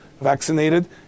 vaccinated